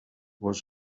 was